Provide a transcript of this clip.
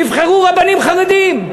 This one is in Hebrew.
נבחרו רבנים חרדים.